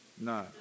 No